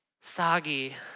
soggy